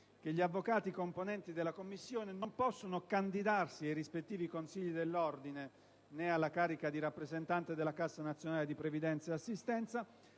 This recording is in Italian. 5. Gli avvocati componenti della commissione non possono candidarsi ai rispettivi consigli dell'ordine, né alla carica di rappresentante della Cassa nazionale di previdenza e assistenza